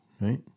right